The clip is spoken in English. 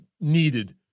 needed